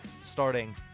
starting